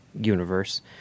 universe